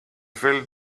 fell